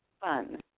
fun